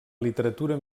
literatura